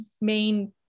main